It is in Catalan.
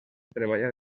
treballar